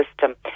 system